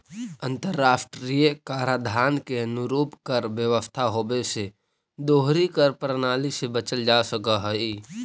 अंतर्राष्ट्रीय कराधान के अनुरूप कर व्यवस्था होवे से दोहरी कर प्रणाली से बचल जा सकऽ हई